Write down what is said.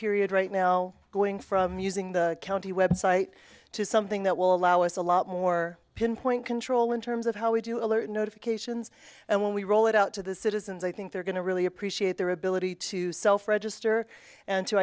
period right now going from using the county web site to something that will allow us a lot more pinpoint control in terms of how we do alert notifications and when we roll it out to the citizens i think they're going to really appreciate their ability to self register and to